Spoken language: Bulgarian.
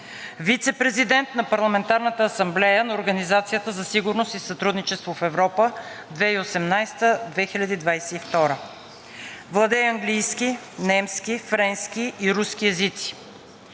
вицепрезидент на Парламентарната асамблея на Организацията за сигурност и сътрудничество в Европа 2018 – 2022 г. Владее английски, немски, френски и руски език.